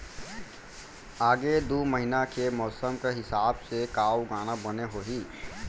आगे दू महीना के मौसम के हिसाब से का उगाना बने होही?